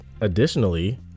Additionally